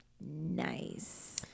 Nice